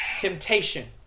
temptation